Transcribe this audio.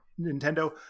Nintendo